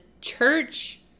church